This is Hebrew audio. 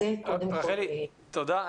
תודה.